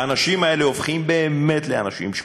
האנשים האלה הופכים באמת לאנשים שקופים?